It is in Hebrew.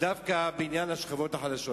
ודווקא בעניין השכבות החלשות.